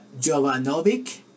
Jovanovic